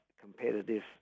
competitive